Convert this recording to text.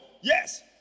yes